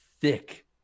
thick